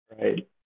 Right